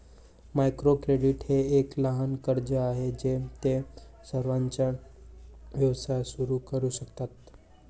micro credit हे एक लहान कर्ज आहे जे ते स्वतःचा व्यवसाय सुरू करू शकतात